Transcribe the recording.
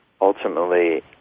ultimately